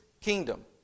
kingdom